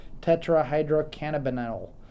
Tetrahydrocannabinol